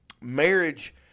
marriage